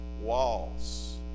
walls